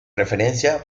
referencia